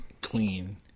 clean